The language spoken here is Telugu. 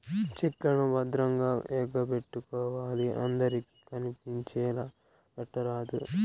చెక్ లను భద్రంగా ఎగపెట్టుకోవాలి అందరికి కనిపించేలా పెట్టరాదు